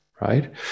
right